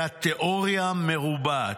אלא תיאוריה מרובעת.